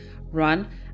run